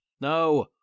No